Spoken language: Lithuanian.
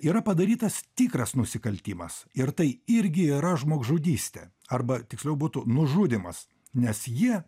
yra padarytas tikras nusikaltimas ir tai irgi yra žmogžudystė arba tiksliau būtų nužudymas nes jie